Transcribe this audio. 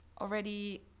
already